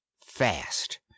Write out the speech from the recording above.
fast